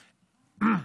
הממשלה.